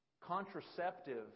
contraceptive